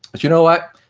but you know what?